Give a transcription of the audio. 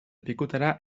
pikutara